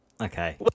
Okay